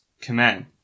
command